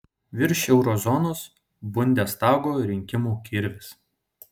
virš euro zonos bundestago rinkimų kirvis